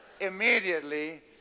immediately